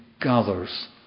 gathers